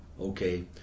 okay